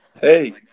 Hey